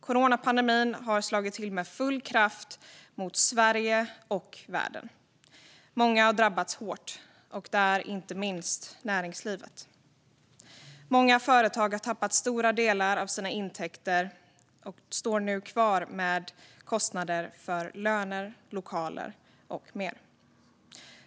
Coronapandemin har slagit till med full kraft mot Sverige och världen. Många har drabbats hårt, inte minst näringslivet. Många företag har tappat stora delar sina intäkter men står kvar med kostnader för löner, lokaler och mer.